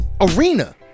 arena